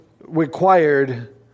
required